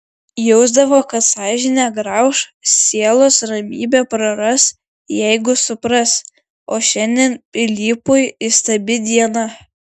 jausdavo kad sąžinė grauš sielos ramybę praras jeigu supras o šiandien pilypui įstabi diena